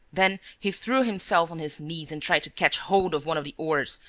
then he threw himself on his knees and tried to catch hold of one of the oars,